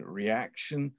reaction